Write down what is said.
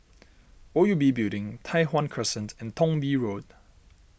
O U B Building Tai Hwan Crescent and Thong Bee Road